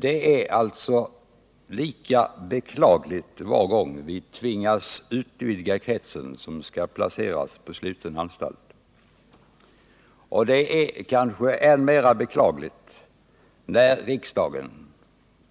Det är lika beklagligt var gång vi tvingas utvidga kretsen av dem som skall placeras på sluten anstalt, och det är kanske än mera beklagligt när riksdagen,